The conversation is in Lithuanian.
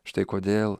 štai kodėl